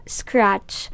scratch